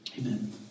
Amen